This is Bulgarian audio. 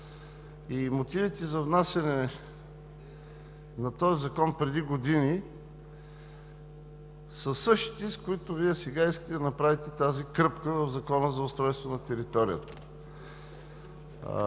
– мотивите за внасяне на такъв закон преди години са същите, с които Вие сега искате да направите тази кръпка в Закона за устройство на територията.